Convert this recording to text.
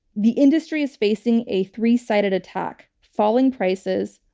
the industry is facing a three-sided attack falling prices,